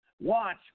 Watch